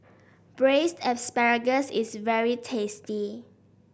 Braised Asparagus is very tasty